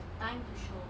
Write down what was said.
time to shop